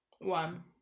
One